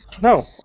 No